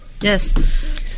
Yes